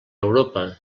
europa